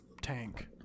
tank